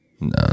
No